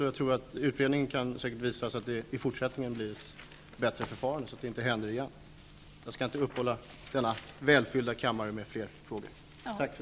Det kan säkert visa sig att utredningen leder till att det i fortsättningen blir ett bättre förfarande så att detta inte händer igen. Jag skall nu inte upphålla denna välfyllda kammare med fler frågor.